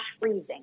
freezing